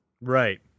Right